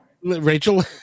Rachel